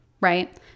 right